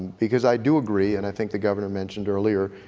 because i do agree, and i think the governor mentioned earlier,